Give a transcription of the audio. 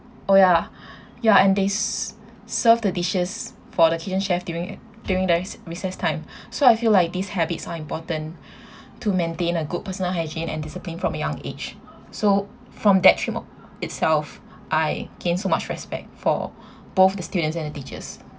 oh ya ya and they ser~ serve the dishes for the kitchen chef during during recess time so I feel like these habits are important to maintain a good personal hygiene and discipline from young age so from that trip itself I gained so much respect for both the students and the teachers